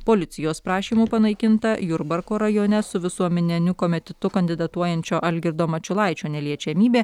policijos prašymu panaikinta jurbarko rajone su visuomeniniu komitetu kandidatuojančio algirdo mačiulaičio neliečiamybė